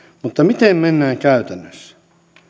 mutta miten mennään käytännössä